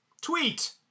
Tweet